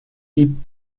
ibn